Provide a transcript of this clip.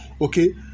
okay